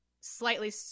slightly